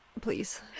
Please